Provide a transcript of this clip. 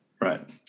Right